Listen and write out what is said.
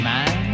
man